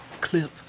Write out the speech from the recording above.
clip